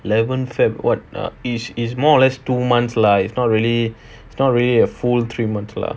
eleven feb what err i~ is more or less two months lah it's not really it's not really a full three months lah